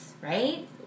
right